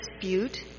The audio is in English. dispute